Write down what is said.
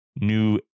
new